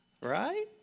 Right